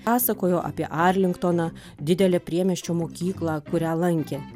pasakojo apie arlingtoną didelę priemiesčio mokyklą kurią lankė